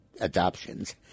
adoptions